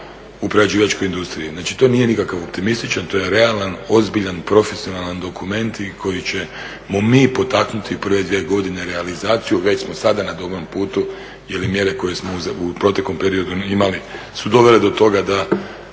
u priređivačkoj industriji. Znači, to nije nikakav optimističan, to je realan, ozbiljan, profesionalan dokument kojim ćemo mi potaknuti prve dvije godine realizaciju. Već smo sada na dobrom putu i ove mjere koje smo u proteklom periodu imali su dovele do toga da